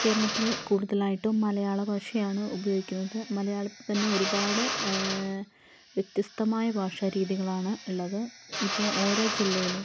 കേരളത്തിൽ കൂടുതലായിട്ടും മലയാള ഭാഷയാണ് ഉപയോഗിക്കുന്നത് മലയാളത്തിൽ തന്നെ ഒരുപാട് വ്യത്യസ്തമായ ഭാഷാ രീതികളാണ് ഉള്ളത് ഇപ്പോൾ ഓരോ ജില്ലയിലും